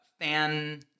fan